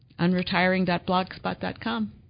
unretiring.blogspot.com